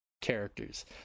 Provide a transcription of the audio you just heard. characters